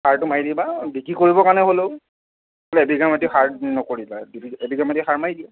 সাৰটো মাৰি দিবা বিক্ৰী কৰিব কাৰণে হ'লেও বোলে এবিঘা মাটি সাৰ নকৰিবা এবিঘা মাটি সাৰ মাৰি দিয়া